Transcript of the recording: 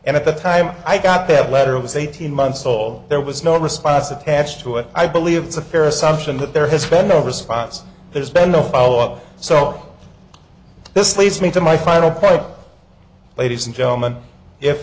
and at the time i got that letter it was eighteen months old there was no response attached to it i believe it's a fair assumption that there has been no response there's been no follow up so this leads me to my final point ladies and gentlemen if